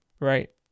right